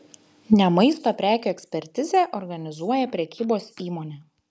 ne maisto prekių ekspertizę organizuoja prekybos įmonė